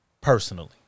personally